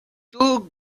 you